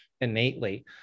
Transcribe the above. innately